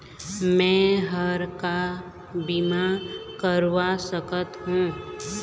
मैं हर का बीमा करवा सकत हो?